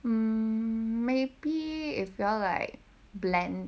mm maybe if you all like blend